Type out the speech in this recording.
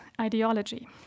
ideology